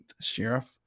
sheriff